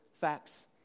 facts